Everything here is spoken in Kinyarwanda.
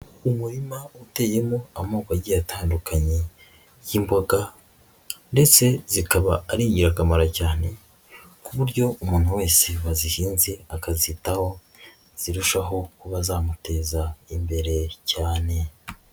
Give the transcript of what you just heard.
Umurima uteyemo amoko agiye atandukanye y'imboga ndetse zikaba ari ingirakamaro cyane ku buryo umuntu wese wazihinze akazitaho zirushaho kuba zamuteza imbere cyane.